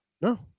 no